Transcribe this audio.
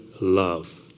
love